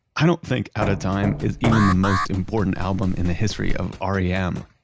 i don't think out of time is even the most important album in the history of r e m.